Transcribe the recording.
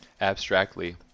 abstractly